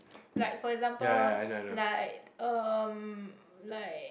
like for example like um like